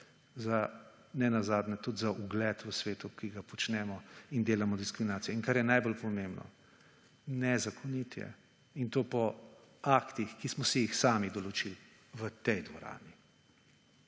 za nenazadnje tudi za ugled v svetu, ki ga počnemo in delamo diskriminacijo in kar je najbolj pomembno nezakonit je in to po aktih, ki smo si jih sami določili v tej dvorani.